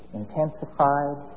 intensified